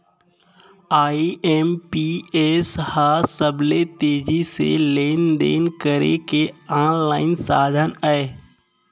IMPS ह सबले तेजी से लेन देन करे के आनलाइन साधन अय